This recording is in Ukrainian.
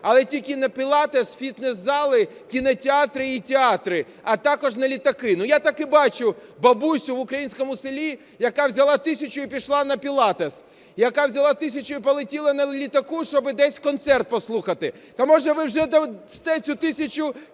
але тільки на пілатес, фітнес-зали, кінотеатри і театри, а також на літаки. Ну, я так і бачу бабусю в українському селі, яка взяла тисячу і пішла на пілатес, яка взяла тисячу і полетіла на літаку, щоби десь концерт послухати. То може ви вже дасте цю тисячу